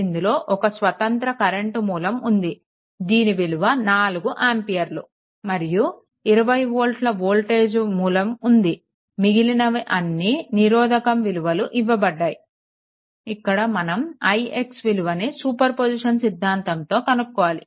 ఇందులో ఒక స్వతంత్ర కరెంట్ మూలం ఉంది దీని విలువ 4 ఆంపియర్లు మరియు 20 వోల్ట స్వతంత్ర వోల్టేజ్ మూలం ఉంది మిగిలినవి అన్నీ నిరోధకం విలువలు ఇవ్వబడ్డాయి ఇక్కడ మనం ix విలువను సూపర్ పొజిషన్ సిద్ధాంతంతో కనుక్కోవాలి